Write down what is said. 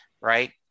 Right